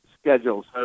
schedules